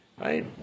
right